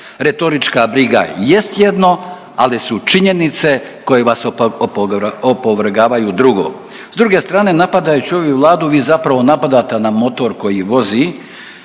Retorička briga jest jedno, ali su činjenice koje vas opovrgavaju drugo. S druge strane napadajući ovu vladu vi zapravo napadate na motor koji vozi,